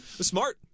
Smart